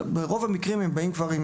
אבל ברוב המקרים הם כבר באים עם